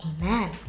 Amen